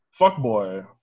fuckboy